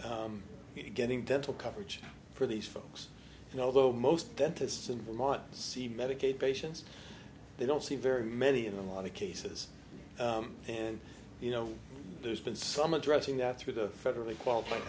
getting dental coverage for these folks and although most dentists and vermont see medicaid patients they don't see very many in a lot of cases and you know there's been some addressing that through the federally qualified